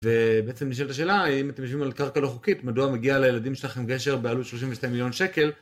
ובעצם נשאלת השאלה אם אתם יושבים על קרקע לא חוקית, מדוע מגיע לילדים שלכם גשר בעלות 32 מיליון שקל.